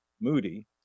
moody